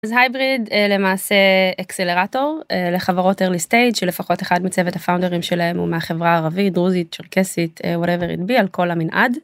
זה הייבריד למעשה אקסלרטור לחברות Early stage שלפחות אחד מצוות הפאונדרים שלהם הוא מהחברה הערבית דרוזית צ'רקסית What ever it'd be על כל המנעד.